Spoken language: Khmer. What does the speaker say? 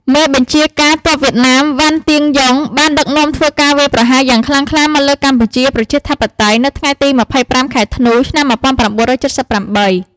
មេបញ្ជាការទ័ពវៀតណាម វ៉ាន់ ទៀនយុង បានដឹកនាំធ្វើការ វាយប្រហារយ៉ាងខ្លាំងក្លាមកលើកម្ពុជាប្រជាធិបតេយ្យ នៅថ្ងៃទី២៥ ខែធ្នូ ឆ្នាំ១៩៧៨។